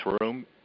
room